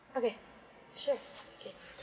okay sure okay